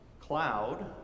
cloud